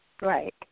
Right